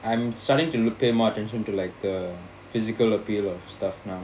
I am starting to look pay more attention to like a physical appeal of stuff now